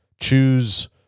choose